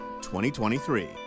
2023